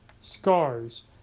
scars